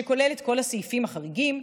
שכולל את כל הסעיפים החריגים,